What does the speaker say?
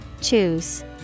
Choose